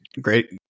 great